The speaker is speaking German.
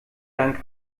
dank